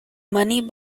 money